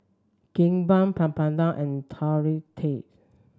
Kimbap Papadum and